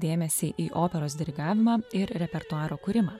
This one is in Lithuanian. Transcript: dėmesį į operos dirigavimą ir repertuaro kūrimą